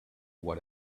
what